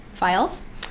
Files